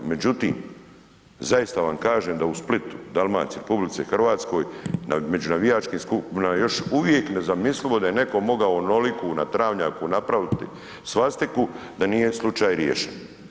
Međutim, zaista vam kažem da u Splitu, Dalmaciji, RH među navijačkim skupinama još uvijek nezamislivo da je netko mogao onoliko na travnjaku napraviti svastiku, da nije slučaj riješen.